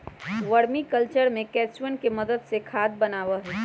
vermi culture में केंचुवन के मदद से खाद बनावा हई